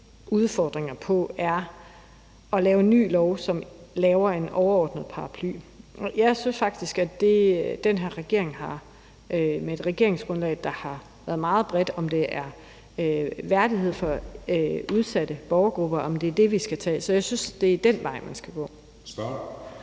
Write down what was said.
udfordringer på, er at lave en ny lov, og som laver en overordnet paraply. Jeg synes faktisk, at den her regerings regeringsgrundlag har været meget bredt, og det kunne f.eks. handle om værdighed for udsatte borgergrupper. Så jeg synes, det er den vej, man skal gå.